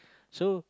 so